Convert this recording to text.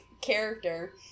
character